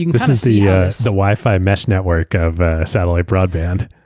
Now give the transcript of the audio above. this is the yeah the wi-fi mesh network of satellite broadband.